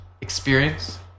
experience